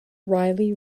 reilly